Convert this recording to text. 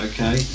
Okay